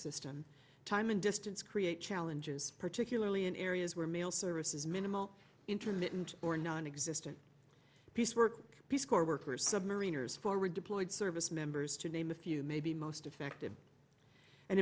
system time and distance create challenges particularly in areas where mail service is minimal intermittent or nonexistent piecework peace corps workers submariners forward deployed service members to name if you may be most effective and